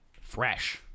fresh